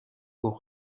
pour